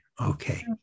okay